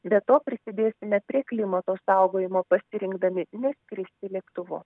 be to prisidėsime prie klimato saugojimo pasirinkdami neskristi lėktuvu